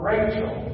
Rachel